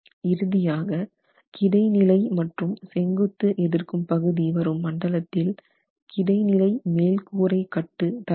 இறுதியாக கிடைநிலை மற்றும் செங்குத்து எதிர்க்கும் பகுதி வரும் மண்டலத்தில் கிடைநிலை மேல் கூரை கட்டு தர வேண்டும்